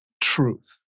truth